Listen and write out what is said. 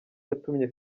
yatumye